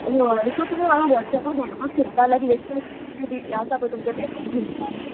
होय सो तुमी म्हाका वॉट्सॅपार धाडपाक शकता लायक लेटस्ट किदें आसा पय तुमचे फॅशन हिल्सान